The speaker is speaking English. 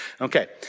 Okay